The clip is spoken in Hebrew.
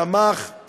תמך,